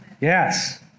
Yes